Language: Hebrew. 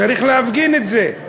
צריך להפגין את זה.